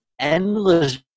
endless